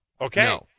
Okay